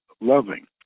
loving